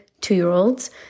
two-year-olds